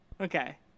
okay